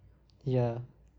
ya